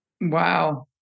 Wow